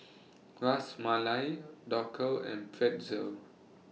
Ras Malai Dhokla and Pretzel